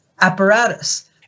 apparatus